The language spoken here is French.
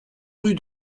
rue